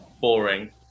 Boring